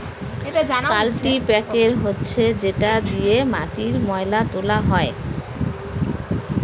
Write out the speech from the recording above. কাল্টিপ্যাকের হচ্ছে যেটা দিয়ে মাটির ময়লা তোলা হয়